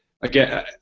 again